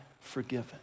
forgiven